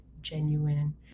genuine